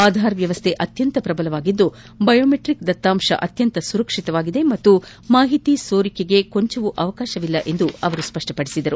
ಆಧಾರ್ ವ್ಯವಸ್ಥೆ ಅತ್ಯಂತ ಪ್ರಬಲವಾಗಿದ್ದು ಬಯೋಮೆಟ್ರಿಕ್ ದತ್ತಾಂಶ ಅತ್ಯಂತ ಸುರಕ್ಷಿತವಾಗಿದೆ ಮತ್ತು ಮಾಹಿತಿ ಸೋರಿಕೆಗೆ ಅವಕಾಶವಿಲ್ಲ ಎಂದು ಸ್ಪ ಷ್ಪಪದಿಸಿದರು